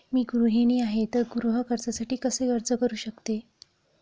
मी गृहिणी आहे तर गृह कर्जासाठी कसे अर्ज करू शकते?